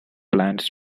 plans